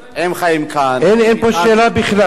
הם חיים כאן, אין, אין פה שאלה בכלל.